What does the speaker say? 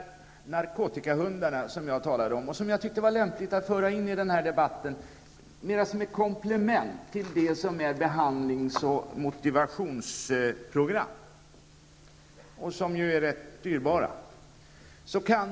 De narkotikahundar som jag talade om och som jag tyckte att det var lämpligt att föra in i den här debatten skall mera ses som ett komplement i fråga om behandlings och motivationsprogrammen, som ju är rätt dyrbara.